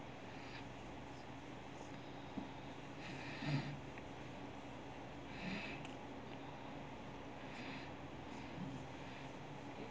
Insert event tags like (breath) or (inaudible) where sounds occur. (breath) (breath) (breath)